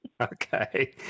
Okay